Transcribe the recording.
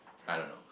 I don't know